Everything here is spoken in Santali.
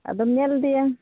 ᱟᱫᱚᱢ ᱧᱮᱞ ᱤᱫᱤᱭᱟ